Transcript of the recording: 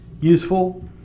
useful